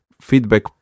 feedback